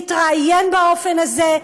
להתראיין באופן הזה,